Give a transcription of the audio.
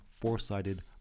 four-sided